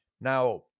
Now